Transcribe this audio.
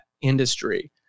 industry